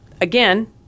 again